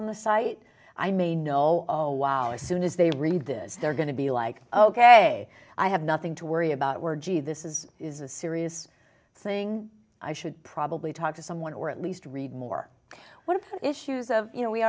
on the site i may know oh wow as soon as they read this they're going to be like ok i have nothing to worry about where gee this is is a serious thing i should probably talk to someone or at least read more when issues of you know we